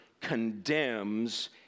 condemns